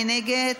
מי נגד?